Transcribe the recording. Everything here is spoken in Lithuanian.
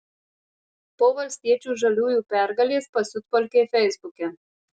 po valstiečių žaliųjų pergalės pasiutpolkė feisbuke